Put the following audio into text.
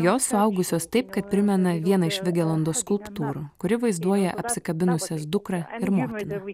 jos suaugusios taip kad primena vieną iš vigelando skulptūrų kuri vaizduoja apsikabinusias dukrą ir motiną